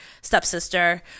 stepsister